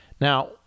Now